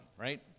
right